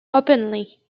openly